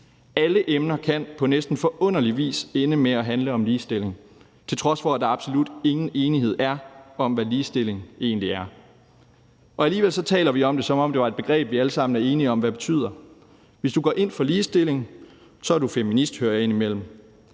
Alle emner kan på næsten forunderlig vis ende med at handle om ligestilling, til trods for at der absolut ingen enighed er om, hvad ligestilling egentlig er. Alligevel taler vi om det, som om det var et begreb, vi alle sammen er enige om hvad betyder. Hvis du går ind for ligestilling, er du feminist, hører jeg indimellem,